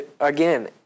Again